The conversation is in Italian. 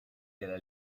della